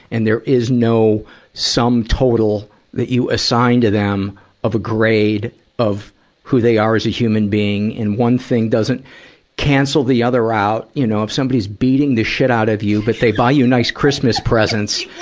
and there is no sum-total that you assign to them of a grade of who they are as a human being, and one thing doesn't cancel the other out, you know. if somebody's beating the shit out of you, but they buy you nice christmas presents,